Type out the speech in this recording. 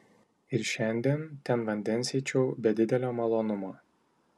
ir šiandien ten vandens eičiau be didelio malonumo